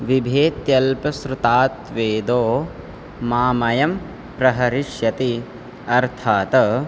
बिभेत्यालपश्रुताद्वेदो मामयं प्रातरिष्यति अर्थात्